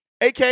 AK